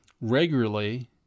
regularly